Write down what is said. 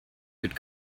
could